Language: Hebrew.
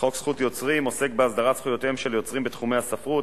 חוק זכות יוצרים עוסק בהסדרת זכויותיהם של יוצרים בתחומי הספרות,